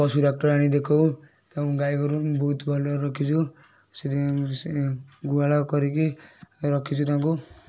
ପଶୁ ଡାକ୍ତର ଆଣିକି ଦେଖାଉ ତାଙ୍କୁ ଗାଈ ଗୋରୁ ବହୁତ ଭଲରେ ରଖିଛୁ ସେଥିପାଇଁ ଗୁହାଳ କରିକି ରଖିଛୁ ତାଙ୍କୁ